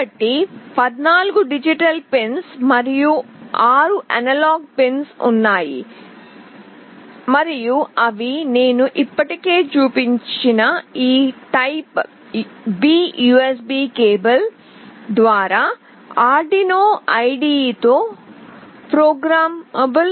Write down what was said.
కాబట్టి 14 digital pins మరియు 6 analogue pins ఉన్నాయి మరియు అవి నేను ఇప్పటికే చూపించిన ఈ టైప్ బి యుఎస్బి కేబుల్ ద్వారా ఆర్డునో IDE తో ప్రోగ్రామబుల్